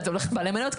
בעלי המניות.